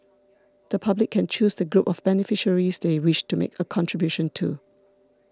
the public can choose the group of beneficiaries they wish to make a contribution to